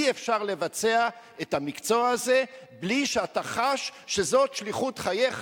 אי-אפשר לבצע את המקצוע הזה מבלי שאתה חש שזאת שליחות חייך.